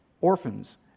orphans